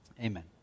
Amen